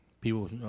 people